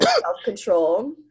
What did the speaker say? self-control